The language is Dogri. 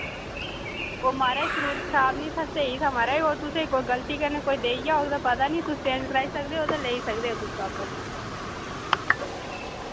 ओ माराज फ्रूट खराब नि हा स्हेई हा माराज ओह् तुसें कोई गल्ती कन्नै कोई देइया होग ते पता नी तुस चेंज कराई सकदे ओ ते लेई सकदे ओ तुस बापस